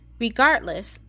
Regardless